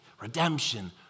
redemption